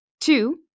Two